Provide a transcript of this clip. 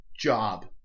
Job